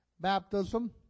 baptism